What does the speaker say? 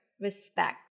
respect